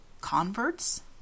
Converts